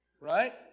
right